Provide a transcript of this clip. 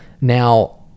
Now